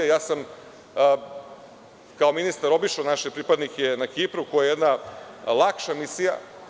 Kao ministar sam obišao naše pripadnike na Kipru, a to je jedna lakša misija.